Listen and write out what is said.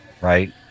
right